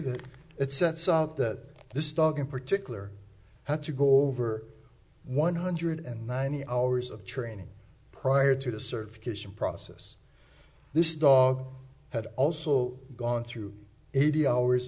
affidavit it sets out that this dog in particular had to go over one hundred and ninety hours of training prior to the certification process this dog had also gone through eighty hours